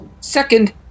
second